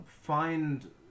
find